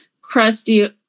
crusty